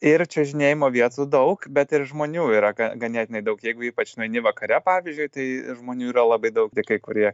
ir čiuožinėjimo vietų daug bet ir žmonių yra ga ganėtinai daug jeigu ypač nueini vakare pavyzdžiui tai žmonių yra labai daug tik kai kurie